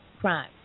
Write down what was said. crime